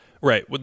Right